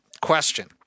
Question